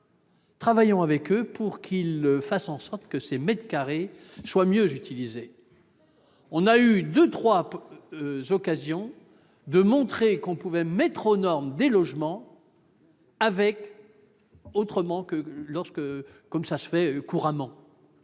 Travaillons avec eux pour qu'ils fassent en sorte que ces mètres carrés soient mieux utilisés ! On a eu deux ou trois occasions de montrer qu'on pouvait mettre aux normes des logements d'une façon différente